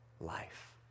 life